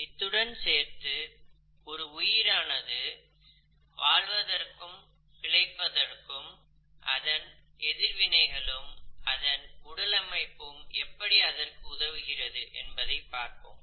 இத்துடன் சேர்த்து ஒரு உயிரானது வாழ்வதற்கும் பிழைப்பதற்கும் அதன் எதிர்வினைகளும் உடலமைப்பும் எப்படி உதவுகிறது என்பதையும் பார்ப்போம்